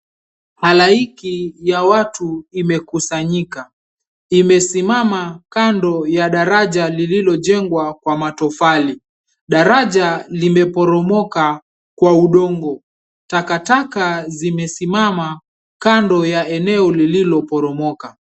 Halaiki ya watu imekusanyika, imesimama kando ya daraja lililojengwa kwa matofali, daraja limeporomoka kwa udongo, takataka zimesimama kando ya eneo lililoporomoka.